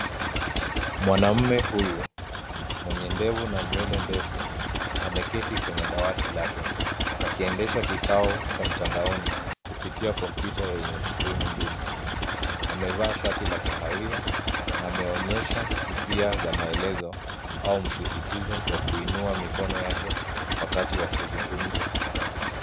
Mwanaume huyu mwenye ndevu na nywele ndefu, ameketi kwenye dawati lake akiendesha kikao cha mtandaoni kupitia kompyuta yenye skrini mbili. Amevaa shati la kahawia na ameonyesha hisia za maelezo au msisitizo kwa kuinua mikono yake wakati wa kuzungumza.